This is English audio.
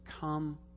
come